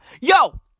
yo